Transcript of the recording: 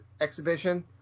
exhibition